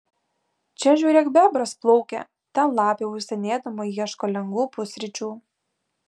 čia žiūrėk bebras plaukia ten lapė uostinėdama ieško lengvų pusryčių